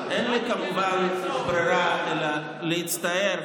אין לי כמובן ברירה אלא להצטער,